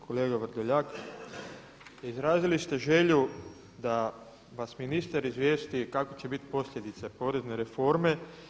Kolega Vrdoljak, izrazili ste želju da vas ministar izvijesti kakve će biti posljedice porezne reforme.